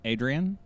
Adrian